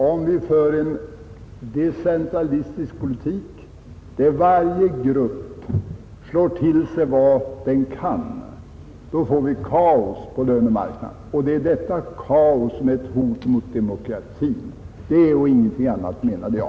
Om vi för en decentralistisk politik, där varje grupp slår sig till vad den kan, får vi kaos på lönemarknaden och det är detta kaos som är ett hot mot demokratin. Detta och ingenting annat menade jag.